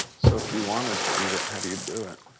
so if you wanted to eat it how do you do it?